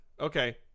Okay